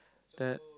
that